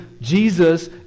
Jesus